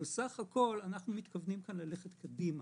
בסך הכל אנחנו מתכוונים ללכת קדימה,